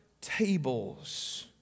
tables